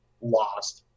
lost